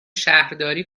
شهرداری